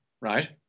right